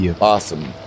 Awesome